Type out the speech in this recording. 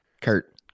Kurt